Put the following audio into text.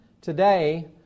Today